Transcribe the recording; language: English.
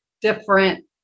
different